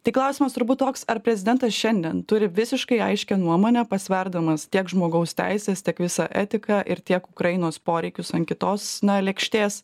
tai klausimas turbūt toks ar prezidentas šiandien turi visiškai aiškią nuomonę pasverdamas tiek žmogaus teises tiek visą etiką ir tiek ukrainos poreikius ant kitos na lėkštės